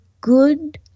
good